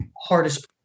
hardest